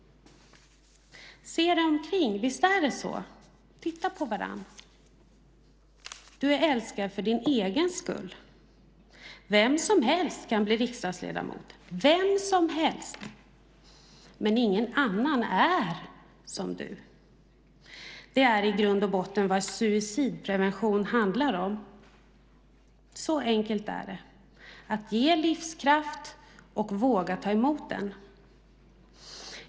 Se dig omkring. Visst är det så. Titta på varandra. Du är älskad för din egen skull. Vem som helst kan bli riksdagsledamot - vem som helst - men ingen annan är som du. Det är i grund och botten vad suicidprevention handlar om. Så enkelt är det. Det handlar om att ge livskraft och våga ta emot den.